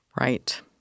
Right